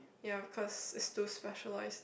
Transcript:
ya of course is to specialise